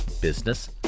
business